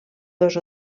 dos